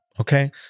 Okay